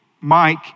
Mike